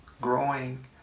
growing